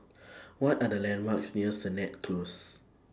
What Are The landmarks near Sennett Close